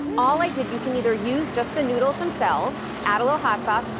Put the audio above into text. all i did, you can either use just the noodles themselves, add a little hot sauce,